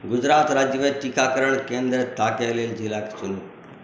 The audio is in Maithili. गुजरात राज्यमे टीकाकरण केन्द्र ताकै लेल जिला खोजू